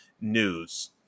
news